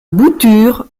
boutures